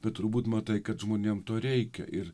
bet turbūt matai kad žmonėms to reikia ir